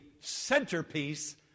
centerpiece